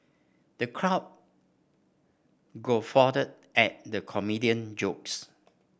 the crowd guffawed at the comedian jokes